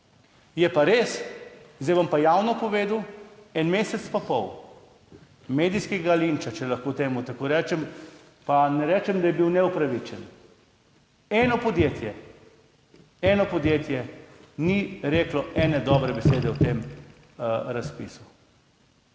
Je pa res, zdaj bom pa javno povedal, en mesec pa pol medijskega linča, če lahko temu tako rečem, pa ne rečem, da je bil neupravičen, eno podjetje, eno podjetje ni reklo ene dobre besede o tem razpisu.